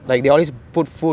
but this time how